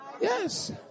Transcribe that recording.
Yes